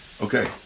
Okay